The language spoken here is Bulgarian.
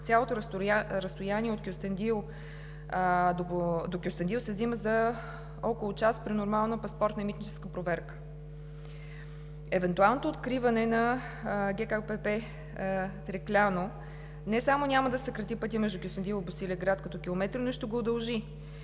Цялото разстояние до Кюстендил се взима за около час при нормална паспортна и митническа проверка. Евентуалното откриване на ГКПП „Трекляно“ не само няма да съкрати пътя между Кюстендил и Босилеград като километри, но и ще го удължи